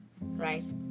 Right